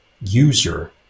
user